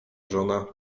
żona